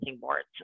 boards